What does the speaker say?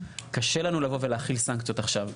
קשה לנו לבוא ולהחיל סנקציות עכשיו.